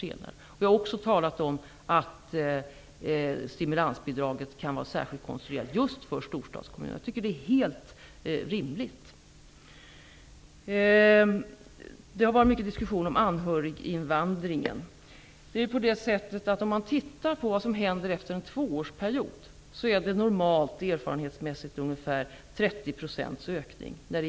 Vi har också talat om att stimulansbidraget kan vara särskilt konstruerat just för storstadskommunerna. Jag tycker att det är helt rimligt. Det har varit mycket diskussion om anhöriginvandringen. Om man tittar på vad som händer efter en tvåårsperiod, finner man att anhöriginvandringen normalt står för ungefär 30 % ökning.